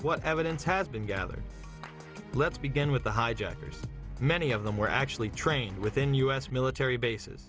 what evidence has been gathered let's begin with the hijackers many of them were actually trained within u s military bases